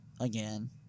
again